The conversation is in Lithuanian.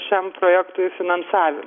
šiam projektui finansavimą